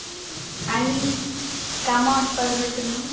आनी कामा वसपा पट्ट न्हू